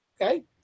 okay